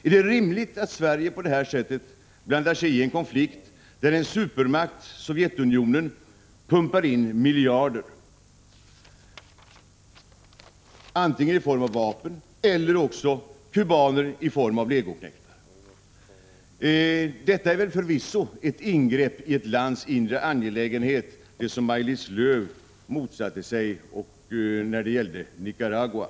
Är det rimligt att Sverige på detta sätt blandar sig i en konflikt där en supermakt, Sovjetunionen, pumpar in miljarder, antingen i form av vapen eller också i form av kubaner — legoknektar? Detta är förvisso ett ingrepp i ett lands inre angelägenheter — det som Maj-Lis Lööw motsatte sig när det gällde Nicaragua.